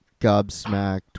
gobsmacked